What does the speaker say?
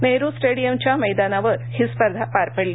नेहरु स्टेडीयमच्या मैदानावर हीस्पर्धा पार पडली